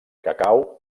cacau